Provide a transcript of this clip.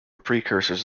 precursors